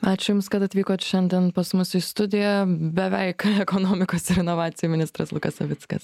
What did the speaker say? ačiū jums kad atvykot šiandien pas mus į studiją beveik ekonomikos ir inovacijų ministras lukas savickas